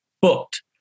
booked